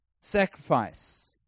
Sacrifice